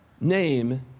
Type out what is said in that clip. name